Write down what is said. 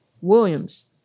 Williams